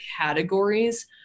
categories